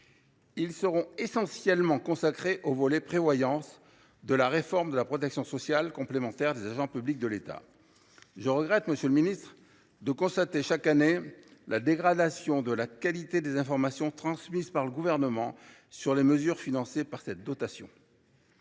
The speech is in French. Ils seront essentiellement consacrés au volet « Prévoyance » de la réforme de la protection sociale complémentaire des agents publics de l’État. Je regrette, monsieur le ministre, de constater chaque année la dégradation de la qualité des informations transmises par le Gouvernement sur les mesures financées par cette dotation.